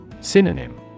Synonym